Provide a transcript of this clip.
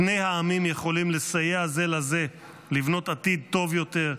שני העמים יכולים לסייע זה לזה לבנות עתיד טוב יותר,